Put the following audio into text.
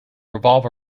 revolve